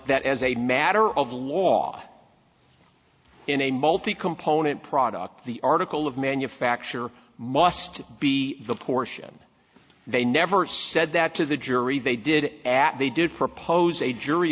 that as a matter of law in a multi component product the article of manufacture must be the portion they never said that to the jury they did at they did propose a jury